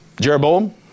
Jeroboam